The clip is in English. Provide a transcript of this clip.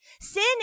Sin